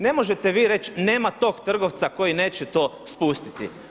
Ne možete vi reći, nema tog trgovca koji neće to spustiti.